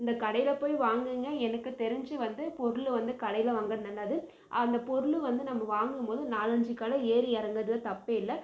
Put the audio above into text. இந்தக் கடையில் போய் வாங்குங்க எனக்குத் தெரிஞ்சு வந்து பொருள் வந்து கடையில் வாங்குறது நல்லது அந்தப் பொருள் வந்து நம்ம வாங்கும் போது ஒரு நாலஞ்சு கடை ஏறி இறங்குறதுல தப்பே இல்லை